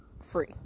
free